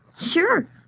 Sure